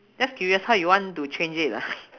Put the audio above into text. just curious how you want to change it ah